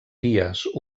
pies